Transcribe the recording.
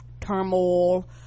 turmoil